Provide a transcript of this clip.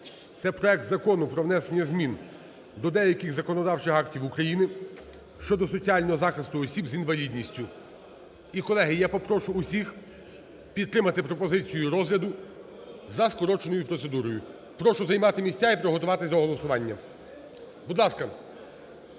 це проект Закону про внесення змін до деяких законодавчих актів України (щодо соціального захисту осіб з інвалідністю). І, колеги, я попрошу усіх підтримати пропозицію розгляду за скороченою процедурою. Прошу займати місця і приготуватися до голосування, будь ласка.